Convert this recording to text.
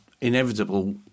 inevitable